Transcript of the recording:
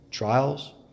Trials